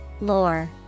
Lore